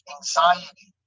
anxiety